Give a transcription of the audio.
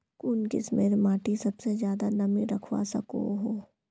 कुन किस्मेर माटी सबसे ज्यादा नमी रखवा सको हो?